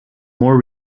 more